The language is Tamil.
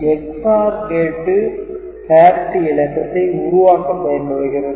EX - OR கேட்டு parity இலக்கத்தை உருவாக்க பயன்படுகிறது